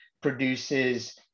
produces